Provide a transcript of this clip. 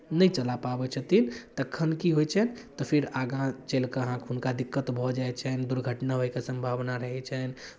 नहि चला पाबै छथिन तखन की होइ छनि तऽ फेर आगाँ चलि कऽ अहाँके हुनका दिक्कत भऽ जाइ छनि दुर्घटना होइके सम्भावना रहै छनि